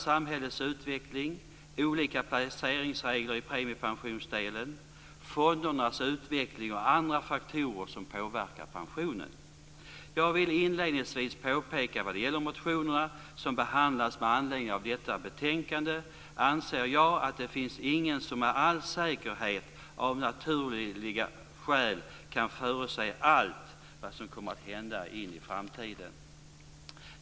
Samhällets utveckling, olika placeringsregler i premiepensionsdelen och fondernas utveckling är andra faktorer påverkar pensionen. Jag vill inledningsvis påpeka vad gäller motionerna som behandlas med anledning av detta betänkande att jag inte anser att det finns någon som med all säkerhet, av naturliga skäl, kan förutse allt som kommer att hända i framtiden.